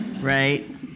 right